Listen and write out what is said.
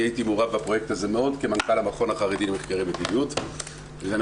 הייתי מעורב בפרויקט הזה מאוד כמנכ"ל המכון החרדי למחקרי מדיניות ואני